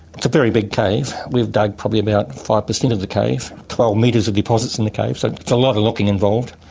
it's a very big cave. we've dug probably about five percent of the cave, twelve metres of deposits in the cave, so there's a lot of looking involved.